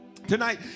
tonight